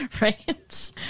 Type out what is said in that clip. Right